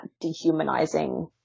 dehumanizing